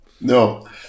No